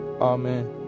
Amen